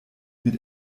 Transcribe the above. mit